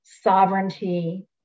sovereignty